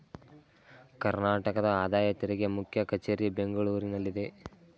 ಕರ್ನಾಟಕದ ಆದಾಯ ತೆರಿಗೆ ಮುಖ್ಯ ಕಚೇರಿ ಬೆಂಗಳೂರಿನಲ್ಲಿದೆ